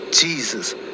Jesus